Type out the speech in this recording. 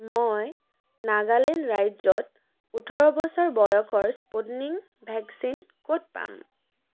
মই নাগালেণ্ড ৰাজ্যত ওঠৰ বছৰ বয়সৰ স্পুটনিক ভেকচিন ক'ত পাম